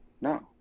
No